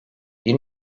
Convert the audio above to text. bir